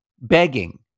begging